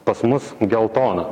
pas mus geltona